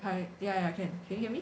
hi ya ya can can you hear me